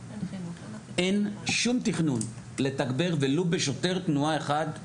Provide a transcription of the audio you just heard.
אין שום תכנון לתגבר ולו בשוטר תנועה אחד,